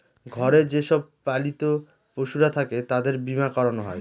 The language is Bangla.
ঘরে যে সব পালিত পশুরা থাকে তাদের বীমা করানো হয়